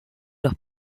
los